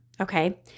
Okay